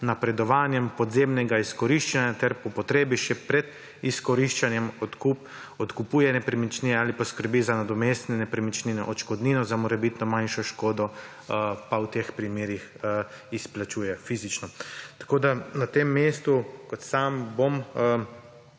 napredovanjem podzemnega izkoriščanja ter po potrebi še pred izkoriščanjem odkupuje nepremičnine ali pa skrbi za nadomestne nepremičnine, odškodnino za morebitno manjšo škodo pa v teh primerih izplačuje fizično. Tako bom podprl ta Zakon